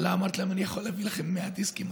אמרתי לכם: אני יכול להביא לכם 100 דיסקים,